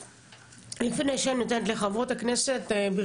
לפני שאני נותנת לחברות הכנסת לדבר,